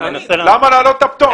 למה להעלות את הפטור?